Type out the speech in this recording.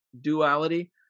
duality